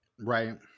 Right